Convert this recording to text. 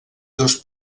dos